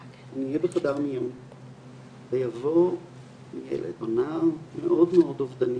אני אהיה בחדר מיון ויבוא ילד או נער מאוד מאוד אובדני